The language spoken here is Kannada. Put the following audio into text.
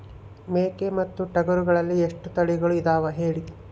ಮೇಕೆ ಮತ್ತು ಟಗರುಗಳಲ್ಲಿ ಎಷ್ಟು ತಳಿಗಳು ಇದಾವ ಹೇಳಿ?